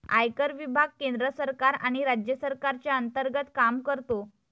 आयकर विभाग केंद्र सरकार आणि राज्य सरकारच्या अंतर्गत काम करतो